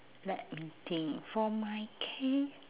let me think for my case